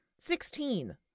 Sixteen